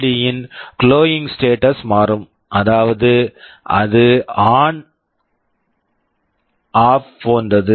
D LED யின் glowing status glowing status மாறும் அதாவது அது on off on off on off on off போன்றது